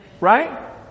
Right